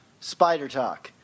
SpiderTalk